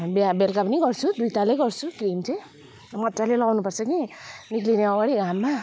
बि बेलुका पनि गर्छु दुईतालै गर्छु क्रिम चाहिँ मजाले लाउनु पर्छ कि निक्लिने अगाडि घाममा